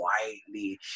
quietly